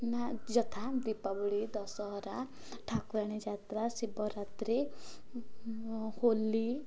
ନା ଯଥା ଦୀପାବଳି ଦଶହରା ଠାକୁରାଣୀ ଯାତ୍ରା ଶିବରାତ୍ରି ହୋଲି